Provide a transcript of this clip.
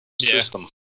system